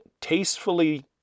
tastefully